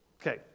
Okay